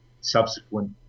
subsequent